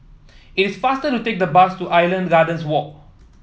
it is faster to take the bus to Island Gardens Walk